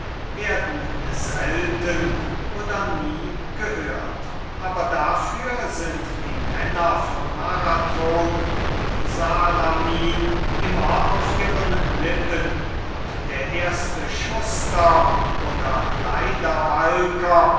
werden selten oder nie gehört aber dafür sind die männer von marathon und salamin immer auf ihren lippen und der erste schuster oder